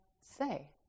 say